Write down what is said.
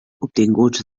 obtinguts